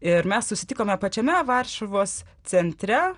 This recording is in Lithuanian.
ir mes susitikome pačiame varšuvos centre